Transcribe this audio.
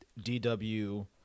DW